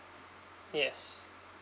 yes